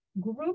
group